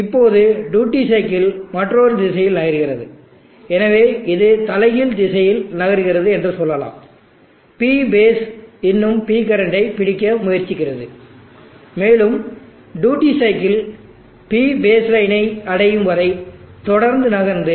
இப்போது duty cycle மற்றொரு திசையில் நகர்கிறது எனவே இது தலைகீழ் திசையில் நகர்கிறது என்று சொல்லலாம் P பேஸ் இன்னும் P கரண்டை பிடிக்க முயற்சிக்கிறது மேலும் டியூட்டி சைக்கிள் P பேஸ் லைனை அடையும் வரை தொடர்ந்து நகர்ந்து